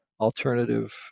alternative